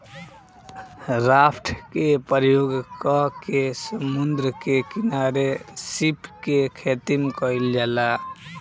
raft के प्रयोग क के समुंद्र के किनारे सीप के खेतीम कईल जाला